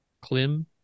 Klim